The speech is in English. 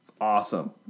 awesome